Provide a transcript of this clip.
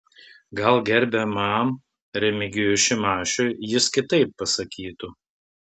gal gerbiamam remigijui šimašiui jis kitaip pasakytų